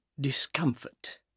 discomfort